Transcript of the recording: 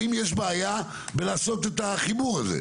האם יש בעיה בלעשות את החיבור הזה?